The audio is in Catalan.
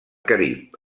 carib